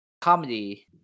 Comedy